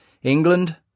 England